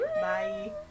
Bye